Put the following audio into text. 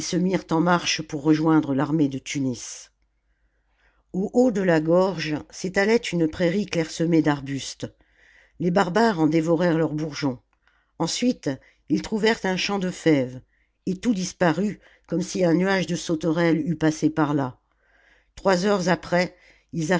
se mirent en marche pour rejoindre l'armée de tunis au haut de la gorge s'étalait une prairie clairsemée d'arbustes les barbares en dévorèrent les bourgeons ensuite ils trouvèrent un champ de fèves et tout disparut comme si un nuage de sauterelles eût passé par là trois heures après